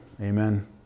Amen